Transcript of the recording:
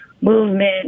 movement